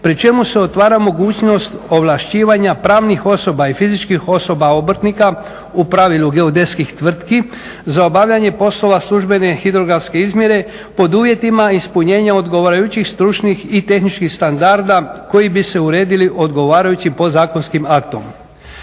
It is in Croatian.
pri čemu se otvara mogućnost ovlašćivanja pravnih osoba i fizičkih osoba obrtnika u pravilu geodetskih tvrtki za obavljanje poslova službene hidrografske izmjere pod uvjetima ispunjenja odgovarajućih stručnih i tehničkih standarda koji bi se uredili odgovarajućim podzakonskim aktom.